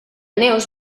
neus